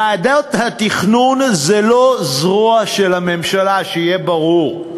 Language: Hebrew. ועדת התכנון היא לא זרוע של הממשלה, שיהיה ברור.